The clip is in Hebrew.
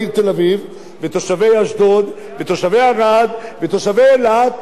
ותושבי אשדוד, ותושבי ערד, ותושבי אילת,